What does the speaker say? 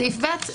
סעיף (ב)